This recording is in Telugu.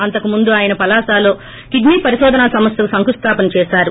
అంతకుముందు ఆయన పలాసలో కిడ్సీ పరిశోధనా సంస్థకు శంకుస్లాపన చేశారు